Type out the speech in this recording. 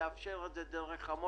מעריך את הדברים שלך,